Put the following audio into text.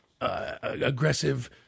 aggressive